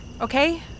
Okay